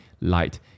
light